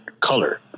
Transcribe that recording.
color